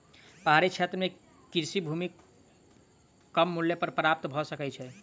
पहाड़ी क्षेत्र में कृषि भूमि कम मूल्य पर प्राप्त भ सकै छै